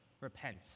repent